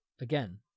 again